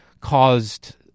caused